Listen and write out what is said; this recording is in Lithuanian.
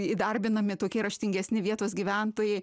įdarbinami tokie raštingesni vietos gyventojai